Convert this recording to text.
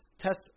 test